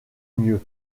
mieux